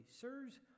Sirs